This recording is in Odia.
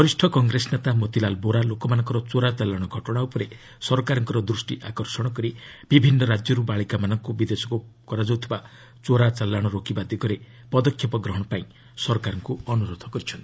ବରିଷ୍ଠ କଂଗ୍ରେସ ନେତା ମୋତିଲାଲ ବୋରା ଲୋକମାନଙ୍କର ଚୋରା ଚାଲାଣ ଘଟଣା ଉପରେ ସରକାରଙ୍କ ଦୃଷ୍ଟି ଆକର୍ଷଣ କରି ବିଭିନ୍ନ ରାଜ୍ୟରୁ ବାଳିକାମାନଙ୍କୁ ବିଦେଶକୁ କରାଯାଉଥିବା ଚୋରା ଚାଲାଣ ରୋକିବା ଦିଗରେ ପଦକ୍ଷେପ ନେବାକୁ ସରକାରଙ୍କ ଅନ୍ତରୋଧ କରିଛନ୍ତି